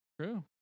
True